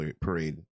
parade